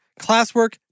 classwork